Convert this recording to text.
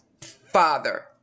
father